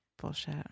Bullshit